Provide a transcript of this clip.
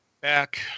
Back